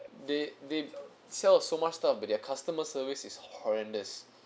they they sell so much stuff but their customer service is horrendous